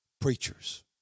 preachers